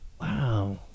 Wow